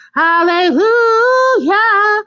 hallelujah